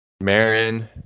Marin